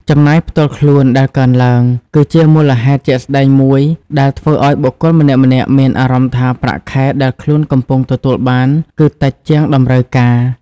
ចំណាយផ្ទាល់ខ្លួនដែលកើនឡើង គឺជាមូលហេតុជាក់ស្តែងមួយដែលធ្វើឲ្យបុគ្គលម្នាក់ៗមានអារម្មណ៍ថាប្រាក់ខែដែលខ្លួនកំពុងទទួលបានគឺតិចជាងតម្រូវការ។